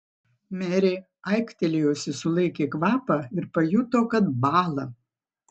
merė aiktelėjusi sulaikė kvapą ir pajuto kad bąla